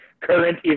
current